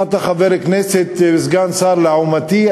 מה, אתה חבר כנסת, סגן שר, לעומתי?